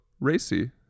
Racy